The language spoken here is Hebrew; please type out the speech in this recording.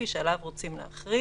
לא תוכלו לברוח מזה.